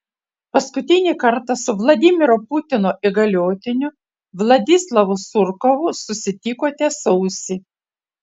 paskutinį kartą su vladimiro putino įgaliotiniu vladislavu surkovu susitikote sausį